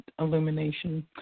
illumination